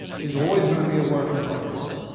it's always going to be a work in progress.